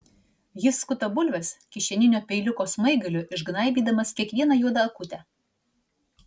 jis skuta bulves kišeninio peiliuko smaigaliu išgnaibydamas kiekvieną juodą akutę